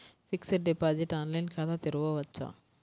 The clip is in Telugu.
ఫిక్సడ్ డిపాజిట్ ఆన్లైన్ ఖాతా తెరువవచ్చా?